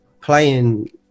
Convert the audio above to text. playing